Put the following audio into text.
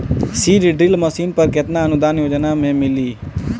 Seed drill machine पर केतना अनुदान योजना में मिली?